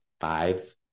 five